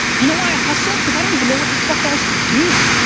you know why i hustle? cause i don't even know what the fuck else to do.